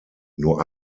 nur